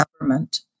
government